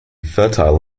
fertile